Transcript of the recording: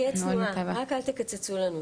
אני אהיה צנועה, רק אל תקצצו לנו.